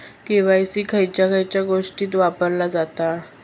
KYC खयच्या खयच्या गोष्टीत वापरला जाता?